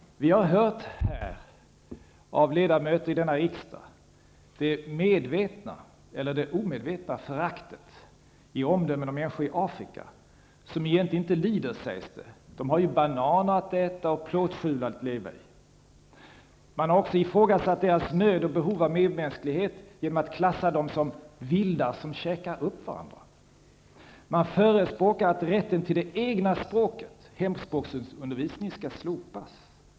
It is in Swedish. Vi har hört här, av ledamöter i denna kammare, det medvetna eller omedvetna föraktet i omdömen om människor i Afrika. De lider egentligen inte, sägs det. De har ju bananer att äta och plåtskjul att leva i. Man har också ifrågasatt deras nöd och behov av medmänsklighet genom att klassa dem som vildar som käkar upp varandra. Man förespråkar att rätten till det egna språket, hemspråksundervisningen, skall slopas.